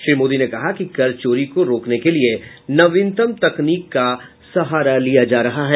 श्री मोदी ने कहा कि कर चोरी को रोकने के लिये नवीनतम तकनीक का सहारा लिया जा रहा है